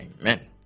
Amen